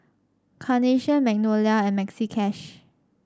Carnation Magnolia and Maxi Cash